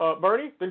Bernie